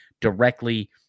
directly